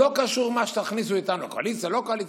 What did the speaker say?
לא קשור מה שתכניסו אותנו, קואליציה, לא קואליציה.